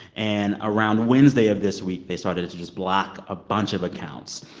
and around wednesday of this week, they started to just block a bunch of accounts.